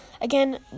Again